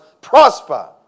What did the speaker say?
prosper